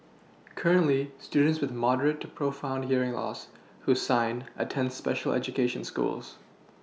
currently students with moderate to profound hearing loss who sign attend special education schools